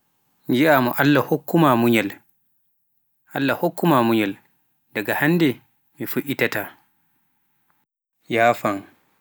ngiaa mo Allah hokkuma munyal, Allah hokkuma munyal, daga hannde mi fu'itataa, yafaan.